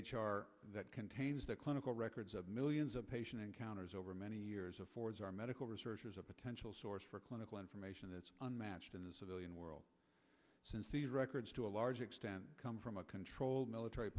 that contains the clinical records of millions of patient encounters over many years affords our medical research as a potential source for clinical information that's unmatched in the civilian world since these records to a large extent come from a controlled military